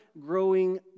growing